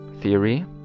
theory